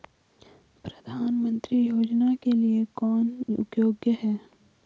प्रधानमंत्री योजना के लिए कौन योग्य है?